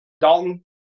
Dalton